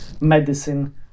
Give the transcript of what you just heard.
medicine